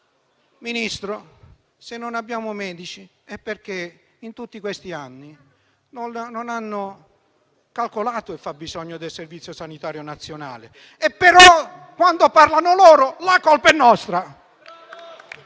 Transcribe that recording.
Ministro, se non abbiamo medici è perché in tutti questi anni non hanno calcolato il fabbisogno del Servizio sanitario nazionale. Tuttavia, quando parlano loro la colpa è nostra,